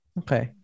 okay